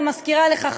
אני מזכירה לך,